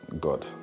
God